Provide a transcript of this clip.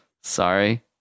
Sorry